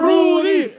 Rudy